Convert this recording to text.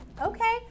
okay